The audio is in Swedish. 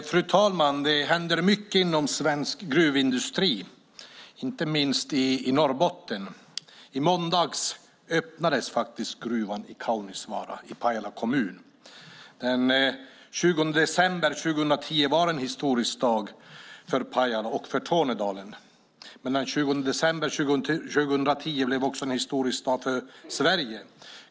Fru talman! Det händer mycket inom svensk gruvindustri, inte minst i Norrbotten. I måndags öppnades faktiskt gruvan i Kaunisvaara i Pajala kommun. Den 20 december 2010 var en historisk dag för Pajala och för Tornedalen. Men den 20 december 2010 blev också en historisk dag för Sverige.